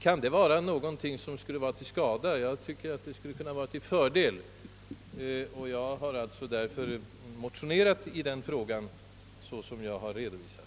Kan detta vara till skada? Jag tycker att det tvärtom skulle vara till nytta, och jag har därför motionerat i frågan såsom jag förut har redovisat.